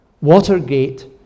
Watergate